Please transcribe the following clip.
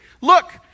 look